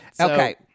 Okay